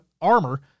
armor